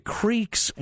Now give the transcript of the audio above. creeks